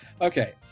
Okay